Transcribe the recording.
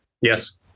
Yes